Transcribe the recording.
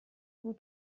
vous